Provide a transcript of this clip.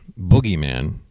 boogeyman